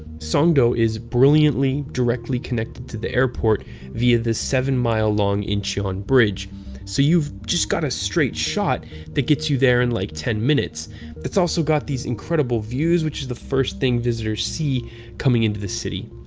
songdo is brilliantly directly connected to the airport via the seven mile long incheon bridge so you've just got a straight shot that gets you there in like ten minutes that's also got these incredible views and is the first thing visitors see coming into the city.